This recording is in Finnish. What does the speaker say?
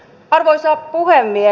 arvoisa puhemies